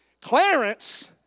Clarence